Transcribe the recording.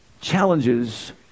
challenges